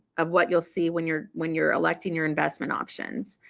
of what you'll see when you're when you're electing your investment options.